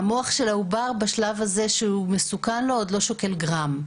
בעוד שהמוח של העובר בשלב הזה עוד לא שוקל גרם.